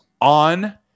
on